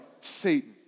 Satan